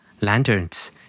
Lanterns